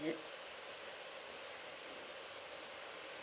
is it